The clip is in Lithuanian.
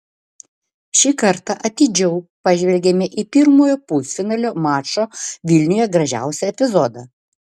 šį kartą atidžiau pažvelgėme į pirmojo pusfinalio mačo vilniuje gražiausią epizodą